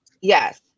Yes